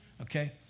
okay